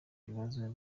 ibibazo